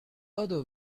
other